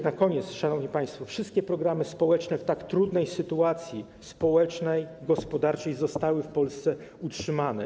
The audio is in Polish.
Na koniec, szanowni państwo - wszystkie programy społeczne w tak trudnej sytuacji społecznej i gospodarczej w Polsce zostały utrzymane.